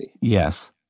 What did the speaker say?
Yes